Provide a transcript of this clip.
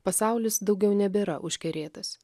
pasaulis daugiau nebėra užkerėtas